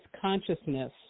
consciousness